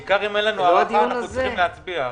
כל מי שלא מצביא לש"ס, שיצביע ליהדות